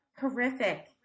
horrific